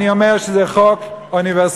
אני אומר שזה חוק אוניברסלי,